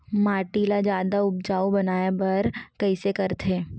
माटी ला जादा उपजाऊ बनाय बर कइसे करथे?